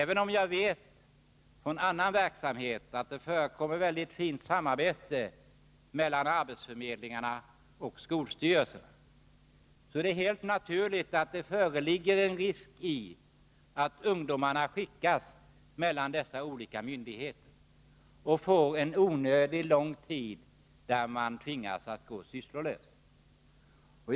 Även om jag från annan verksamhet känner till att det förekommer ett fint samarbete mellan arbetsförmedlingarna och skolstyrelserna, är jag medveten om att det finns en risk för att ungdomarna skickas mellan de olika myndigheterna. De tvingas därigenom att gå sysslolösa en onödigt lång tid.